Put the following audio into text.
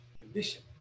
condition